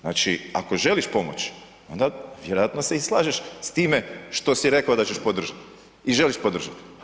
Znači ako želiš pomoći onda vjerojatno se i slažeš s time što si rekao da ćeš podržati i želiš podržati.